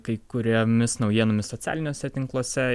kai kuriomis naujienomis socialiniuose tinkluose